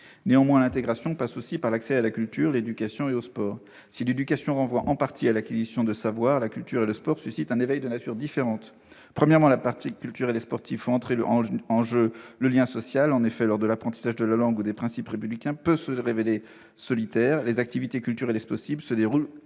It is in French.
Néanmoins, l'intégration passe aussi par l'accès à la culture, l'éducation et le sport. Si l'éducation renvoie en partie à l'acquisition de savoirs, la culture et le sport suscitent un éveil de nature différente. En effet, la pratique culturelle et sportive fait entrer en jeu le lien social : alors que l'apprentissage de la langue ou des principes républicains peut se révéler solitaire, les activités culturelles et sportives se déroulent